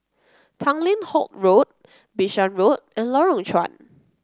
Tanglin Halt Road Bishan Road and Lorong Chuan